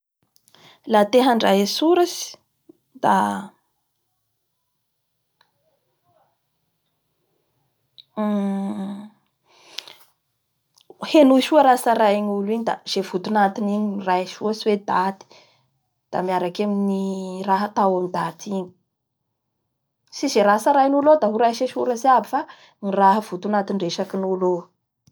La te handray antsoratsy da henoy soa raha tsarin'olo igny da izay votoanton'igny ro raisy ohatsy hoe daty da miaraky amin'ny raha tao amin'ny daty igny. Tsy izay raha tsarain'olo eo da ho raisy antsoratsy aby fa raha votoantondresakin'olo io avao.